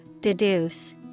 deduce